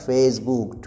Facebook